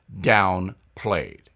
downplayed